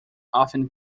often